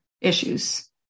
issues